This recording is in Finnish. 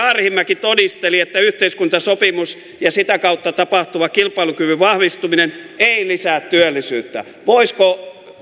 arhinmäki todisteli että yhteiskuntasopimus ja sitä kautta tapahtuva kilpailukyvyn vahvistuminen ei lisää työllisyyttä voisiko